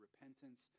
repentance